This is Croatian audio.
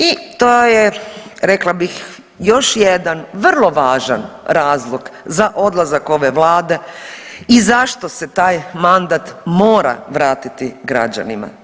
I to je rekla bih još jedan vrlo važan razlog za odlazak ove Vlade i zašto se taj mandat mora vratiti građanima.